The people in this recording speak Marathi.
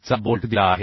चा बोल्ट दिला आहे